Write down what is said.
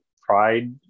Pride